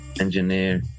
Engineer